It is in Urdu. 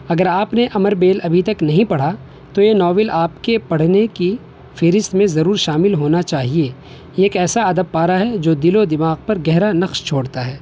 اگر آپ نے امر بیل ابھی تک نہیں پڑھا تو یہ ناول آپ کے پڑھنے کی فہرست میں ضرور شامل ہونا چاہیے یہ ایک ایسا ادب پارہ ہے جو دل و دماغ پر گہرا نقش چھوڑتا ہے